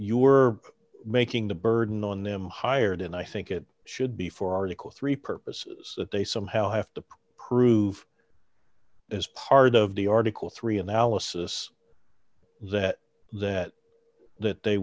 were making the burden on them hired and i think it should be for article three purposes that they somehow have to prove as part of the article three analysis that that that they